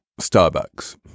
Starbucks